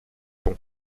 pont